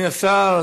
אדוני השר,